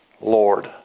Lord